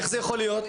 איך זה יכול להיות?